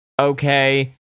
Okay